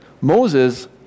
Moses